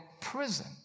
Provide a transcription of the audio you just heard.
prison